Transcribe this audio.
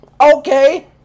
Okay